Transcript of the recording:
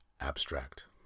Abstract